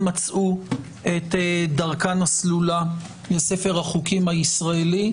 מצאו את דרכן הסלולה לספר החוקים הישראלי,